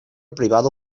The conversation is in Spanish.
privado